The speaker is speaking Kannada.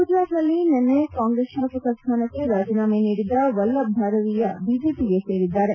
ಗುಜರಾತ್ನಲ್ಲಿ ನಿನ್ನೆ ಕಾಂಗ್ರೆಸ್ ಶಾಸಕ ಸ್ವಾನಕ್ಕೆ ರಾಜೀನಾಮೆ ನೀಡಿದ್ದ ವಲ್ಲಭ್ ಧಾರವೀಯ ಬಿಜೆಪಿಗೆ ಸೇರಿದ್ದಾರೆ